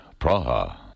Praha